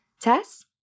Tess